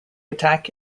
attack